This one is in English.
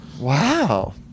Wow